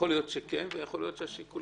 יכול להיות שכן ויכול להיות שלא.